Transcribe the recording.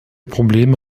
probleme